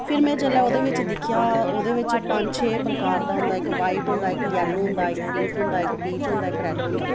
फिर में जेल्लै ओह्दे बिच दिक्खेआ ओह्दे बिच पंज छे प्रकार दा होंदा इक्क व्हाइट होंदा इक्क यैलो होंदा इक्क पिंक होंदा इक्क पीच होंदा इक्क रैड होंदा